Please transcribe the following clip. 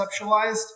conceptualized